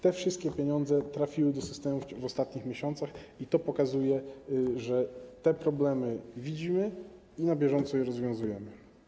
Te wszystkie pieniądze trafiły do systemu w ostatnich miesiącach i to pokazuje, że widzimy te problemy i na bieżąco je rozwiązujemy.